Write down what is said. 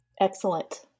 Excellent